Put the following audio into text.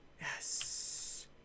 Yes